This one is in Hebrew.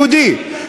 יהודי,